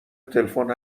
تلفن